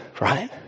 right